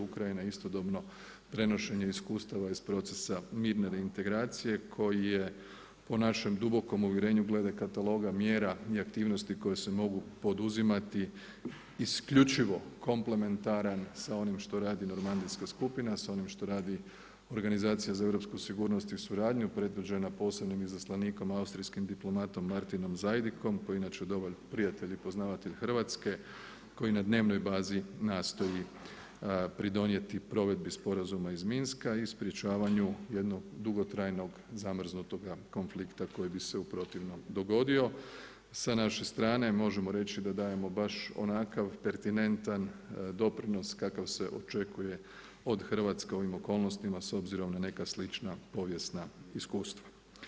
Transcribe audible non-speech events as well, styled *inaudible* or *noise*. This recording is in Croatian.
Ukrajina je istodobno prenošenje iskustava iz procesa mirne reintegracije koji je po našem dubokom uvjerenju glede kataloga mjera i aktivnosti koje se mogu poduzimati isključivo komplementaran sa onim što radi normandijska skupina sa onim što radi Organizacija za europsku sigurnost i suradnju predvođena posebnim izaslanikom austrijskim diplomatom Martinom Sajdikom koji je inače dobar prijatelj i poznavatelj Hrvatske, koji na dnevnoj bazi nastoji pridonijeti provedbi sporazuma iz Minska i sprječavanju jednog dugotrajnog zamrznutoga konflikta koji bi se u protivnom dogodio sa naše strane možemo reći da dajemo baš onakav … *unintelligible* doprinos kakav se očekuje od Hrvatske u ovom okolnostima s obzirom na neka slična povijesna iskustva.